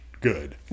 good